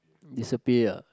disappear